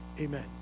Amen